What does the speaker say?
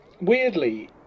weirdly